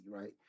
right